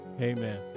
Amen